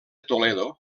toledo